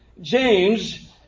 James